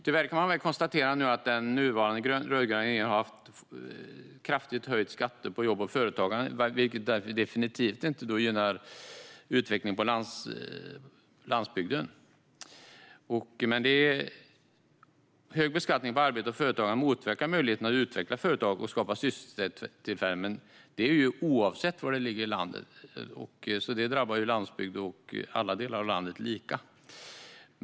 Tyvärr har den nuvarande rödgröna regeringen kraftigt höjt skatterna på jobb och företagande, vilket definitivt inte gynnar utvecklingen på landsbygden. Hög beskattning på arbete och företagande motverkar möjligheterna att utveckla företag och skapa sysselsättning. Så är det oavsett var i landet man bor. Detta drabbar landsbygden och alla delar av landet lika.